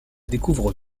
découvre